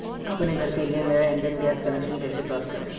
अपने घर के लिए नया इंडियन गैस कनेक्शन कैसे प्राप्त करें?